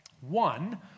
One